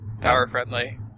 power-friendly